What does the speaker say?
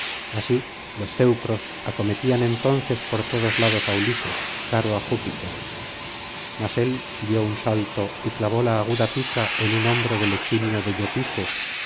así los teucros acometían entonces por todos lados á ulises caro á júpiter mas él dio un salto y clavó la aguda pica en un hombro del eximio deyopites